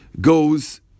goes